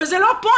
וזה לא פה.